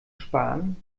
sparen